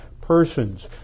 persons